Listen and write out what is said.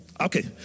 Okay